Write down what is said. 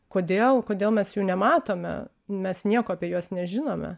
kodėl kodėl mes jų nematome mes nieko apie juos nežinome